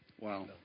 Wow